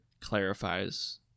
clarifies